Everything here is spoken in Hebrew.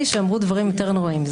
שאמרו דברים שאמרו דברים יותר נוראיים.